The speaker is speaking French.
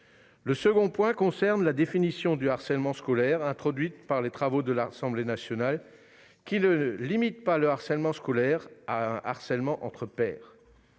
Le second point concerne la définition du harcèlement scolaire introduite par l'Assemblée nationale, qui a souhaité ne pas limiter le harcèlement scolaire à un harcèlement entre pairs.